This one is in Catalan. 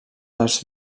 les